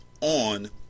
on